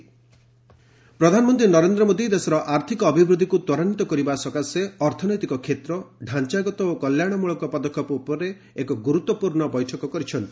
PM financial ସେକୁର ପ୍ରଧାନମନ୍ତ୍ରୀ ନରେନ୍ଦ୍ର ମୋଦି ଦେଶର ଆର୍ଥକ ଅଭିବୃଦ୍ଧିକୁ ତ୍ୱରାନ୍ୱିତ କରିବା ସକାଶେ ଅର୍ଥନୈତିକ କ୍ଷେତ୍ର ଡାଞ୍ଚାଗତ ଓ କଲ୍ୟାଣମୂଳକ ପଦକ୍ଷେପ ଉପରେ ଏକ ଗୁରୁତ୍ୱପୂର୍ଣ୍ଣ ବୈଠକ କରିଛନ୍ତି